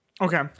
Okay